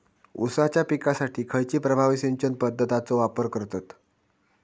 ऊसाच्या पिकासाठी खैयची प्रभावी सिंचन पद्धताचो वापर करतत?